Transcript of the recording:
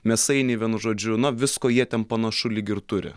mėsainiai vienu žodžiu na visko jie ten panašu lyg ir turi